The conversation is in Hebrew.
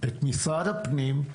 את משרד הפנים,